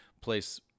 place